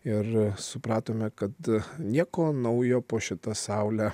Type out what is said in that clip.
ir supratome kad nieko naujo po šita saule